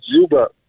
Zuba